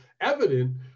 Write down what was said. evident